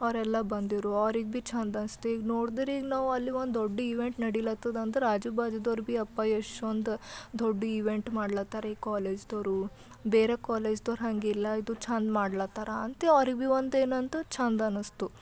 ಅವರೆಲ್ಲ ಬಂದಿರು ಅವ್ರಿಗೆ ಭೀ ಚಂದ ಅನ್ನಿಸ್ತು ಈಗ ನೋಡಿದ್ರೆ ಈಗ ನಾವು ಅಲ್ಲಿ ಒಂದು ದೊಡ್ಡ ಇವೆಂಟ್ ನಡಿಲತ್ತದ ಅಂದ್ರೆ ಆಜು ಬಾಜುದವರು ಭೀ ಅಪ್ಪ ಎಷ್ಟೊಂದು ದೊಡ್ಡ ಇವೆಂಟ್ ಮಾಡ್ಲತ್ತಾರ ಈ ಕಾಲೇಜ್ನವ್ರು ಬೇರೆ ಕಾಲೇಜ್ನವ್ರು ಹಂಗಿಲ್ಲ ಇದು ಚೆಂದ ಮಾಡ್ಲತ್ತಾರ ಅಂತ ಅವ್ರ ಭೀ ಇವು ಒಂದೇನಂತು ಚೆಂದ ಅನ್ನಿಸ್ತು